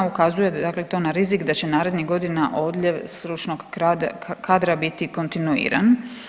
Ukazuje dakle to na rizik da će narednih godina odljev stručnog kadra biti kontinuiran.